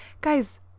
guys